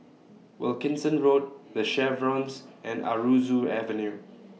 Wilkinson Road The Chevrons and Aroozoo Avenue